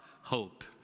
hope